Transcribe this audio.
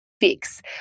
fix